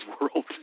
world